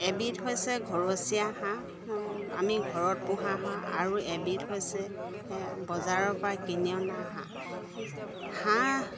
এবিধ হৈছে ঘৰচীয়া হাঁহ আমি ঘৰত পোহা হাঁহ আৰু এবিধ হৈছে বজাৰৰ পৰা কিনি অনা হাঁহ হাঁহ